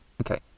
Okay